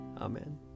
Amen